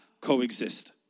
coexist